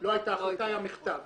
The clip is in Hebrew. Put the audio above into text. לא הייתה החלטה, היה מכתב.